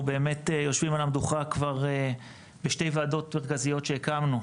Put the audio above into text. באמת יושבים על המדוכה כבר בשתי ועדות מרכזיות שהקמנו,